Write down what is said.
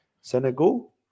senegal